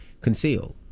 concealed